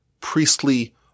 priestly